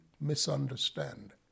misunderstand